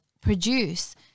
produce